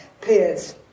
peers